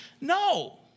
no